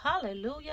Hallelujah